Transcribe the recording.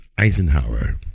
Eisenhower